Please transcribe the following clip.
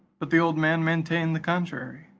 but the old man maintained the contrary.